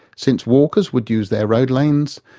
since walkers would use their road lanes,